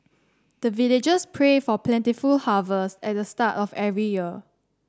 the villagers pray for plentiful harvest at the start of every year